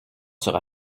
sera